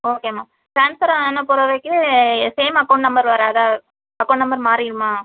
okay ma'am transfer ஆன பொறகுக்கு same account number வராதா அக்கௌண்ட் நம்பர் மாறிடுமா